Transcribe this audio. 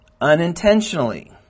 unintentionally